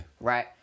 Right